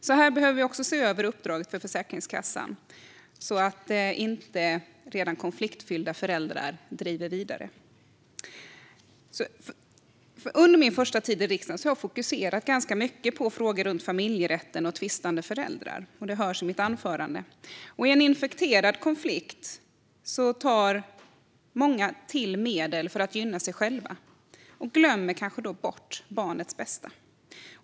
Även här behöver vi alltså se över uppdraget för Försäkringskassan, så att inte redan konfliktfyllda relationer mellan föräldrar driver vidare. Under min första tid i riksdagen har jag fokuserat ganska mycket på frågor om familjerätten och tvistande föräldrar, och det hörs i mitt anförande. I en infekterad konflikt tar många till medel för att gynna sig själva och glömmer kanske bort barnets bästa.